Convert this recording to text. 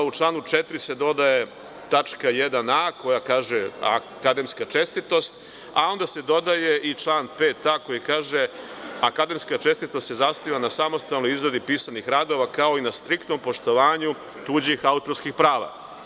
U članu 4. se dodaje tačka 1a) koja kaže – akademska čestitost, a onda se dodaje i član 5a koji kaže – akademska čestitost se zasniva na samostalnoj izradi pisanih radova, kao na striktnom poštovanju tuđih autorskih prava.